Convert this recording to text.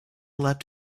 left